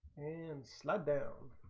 and slowdown